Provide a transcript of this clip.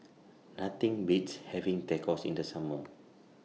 Nothing Beats having Tacos in The Summer